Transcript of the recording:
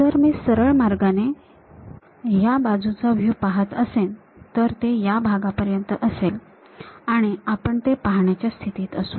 जर मी सरळ मार्गाने हा बाजूचा व्ह्यू पाहत असेन तर ते या भागापर्यंत असेल आणि आपण ते पाहण्याच्या स्थितीत असू